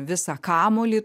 visą kamuolį